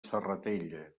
serratella